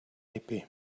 épée